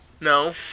no